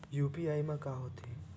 UPI मा का होथे?